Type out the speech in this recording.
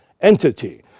entity